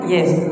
Yes